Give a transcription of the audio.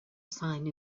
sign